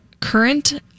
current